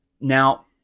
Now